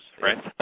right